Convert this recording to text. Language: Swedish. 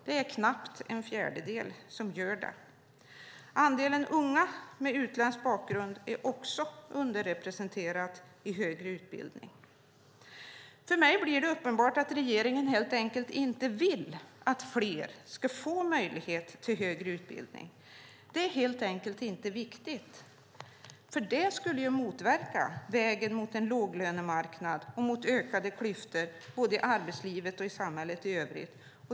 Det är knappt en fjärdedel som gör det. Andelen unga med utländsk bakgrund är också underrepresenterad i högre utbildning. För mig blir det uppenbart att regeringen inte vill att fler ska få möjlighet till högre utbildning. Det är helt enkelt inte viktigt. Det skulle motverka vägen mot en låglönemarknad och ökade klyftor både i arbetslivet och i samhället i övrigt.